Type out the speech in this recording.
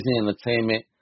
entertainment